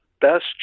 best